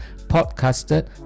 podcasted